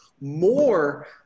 more